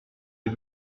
est